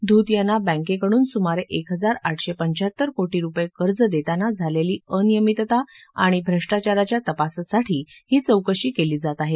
धूत यांना बँकेकडून स्मारे एक हजार आठशे पंचाहत्तर कोटी रुपये कर्ज देताना झालेली अनियमितता आणि भ्रष्टाचाराच्या तपासासाठी ही चौकशी केली जात आहे